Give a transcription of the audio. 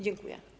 Dziękuję.